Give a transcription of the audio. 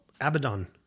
Abaddon